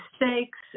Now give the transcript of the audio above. mistakes